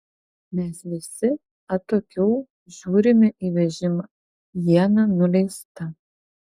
mes visi atokiau žiūrime į vežimą iena nuleista